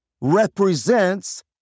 represents